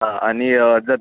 हां आणि जर